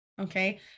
Okay